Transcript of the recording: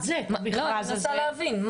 אני רוצה להבין.